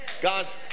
God's